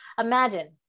imagine